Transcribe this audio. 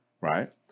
right